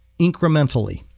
incrementally